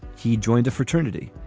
he joined a fraternity,